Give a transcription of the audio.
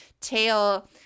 tail